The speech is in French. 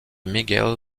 mikhaïl